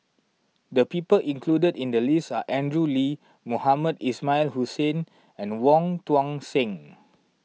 the people included in the list are Andrew Lee Mohamed Ismail Hussain and Wong Tuang Seng